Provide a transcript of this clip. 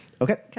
Okay